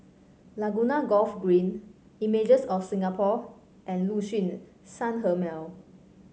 Laguna Golf Green Images of Singapore and Liuxun Sanhemiao